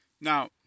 Now